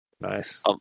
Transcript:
nice